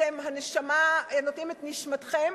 אתם נותנים את נשמתכם,